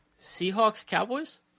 Seahawks-Cowboys